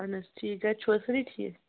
اہن حظ ٹھیٖک گَرِ چھُو حظ سٲری ٹھیٖک